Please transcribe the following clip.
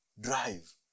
drive